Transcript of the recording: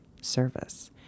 service